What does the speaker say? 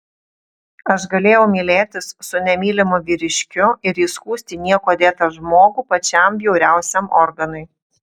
aš galėjau mylėtis su nemylimu vyriškiu ir įskųsti niekuo dėtą žmogų pačiam bjauriausiam organui